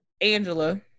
Angela